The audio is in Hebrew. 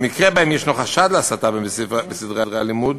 במקרים שבהם יש חשד להסתה בספרי הלימוד,